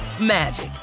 magic